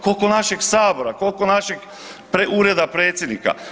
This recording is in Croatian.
Koliko našeg sabora, koliko našeg Ureda predsjednika?